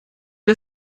das